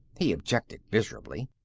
he objected, miserably.